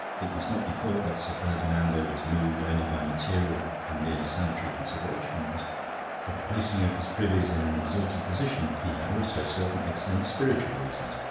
it must not be thought that sir ferdinando was moved only by material and merely sanitary considerations for the placing of his privies in an exalted position he had also certain excellent spiritual reasons.